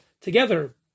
together